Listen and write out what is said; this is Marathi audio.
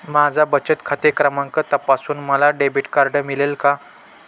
माझा बचत खाते क्रमांक तपासून मला डेबिट कार्ड मिळेल का?